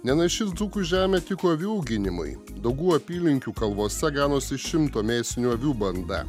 nenaši dzūkų žemė tiko avių auginimui daugų apylinkių kalvose ganosi šimto mėsinių avių banda